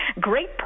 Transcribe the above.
great